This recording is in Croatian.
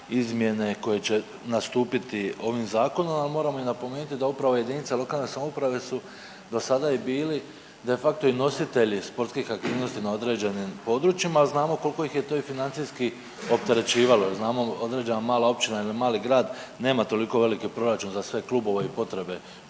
izmjene koje će nastupiti ovim Zakonom, a moramo napomenuti da upravo jedinice lokalne samouprave su do sada i bili de facto i nositelji sportskih aktivnosti na određenim područjima, a znamo koliko ih je to i financijski opterećivalo jer znamo, određena mala općina ili mali grad nema toliko veliki proračun za sve klubove i potrebe